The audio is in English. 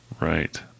Right